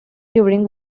during